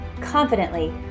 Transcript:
confidently